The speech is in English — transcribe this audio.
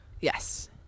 yes